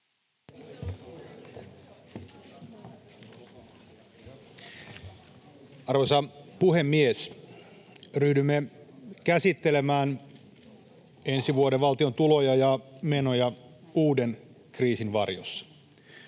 Arvoisa puhemies! Ryhdymme käsittelemään ensi vuoden valtion tuloja ja menoja uuden kriisin varjossa.